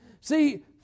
See